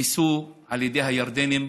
נתפסו על ידי הירדנים: